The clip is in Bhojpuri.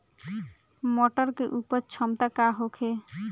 मटर के उपज क्षमता का होखे?